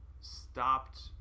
stopped